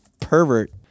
pervert